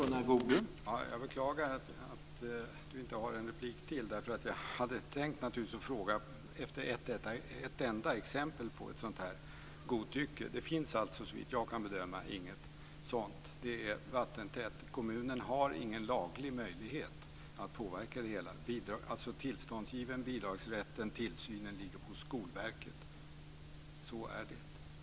Herr talman! Jag beklagar att Ulf Nilsson inte har rätt till en replik till. Jag hade tänkt naturligtvis fråga efter ett enda exempel på godtycke. Det finns alltså, såvitt jag kan bedöma, inget sådant. Det är vattentät. Kommunen har ingen laglig möjlighet att påverka det hela. Tillståndsgivningen, bidragsrätten, tillsynen ligger hos Skolverket. Så är det.